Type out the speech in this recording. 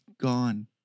gone